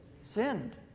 sinned